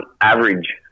Average